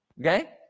Okay